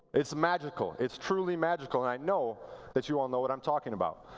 it's magical. it's truly magical. and i know that you all know what i'm talking about.